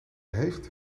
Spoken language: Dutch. heeft